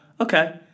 okay